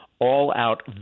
all-out